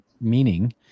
meaning